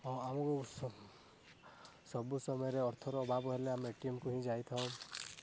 ହଁ ଆଉ ସବୁ ସମୟରେ ଅର୍ଥର ଅଭାବ ହେଲେ ଆମେ ଏଟିଏମକୁ ହିଁ ଯାଇଥାଉ